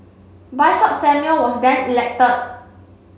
Samuel was then elected